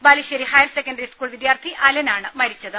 Balussery higher secondary school വിദ്യാർഥി അലനാണ് മരിച്ചത്